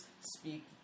speak